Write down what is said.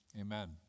amen